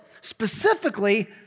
specifically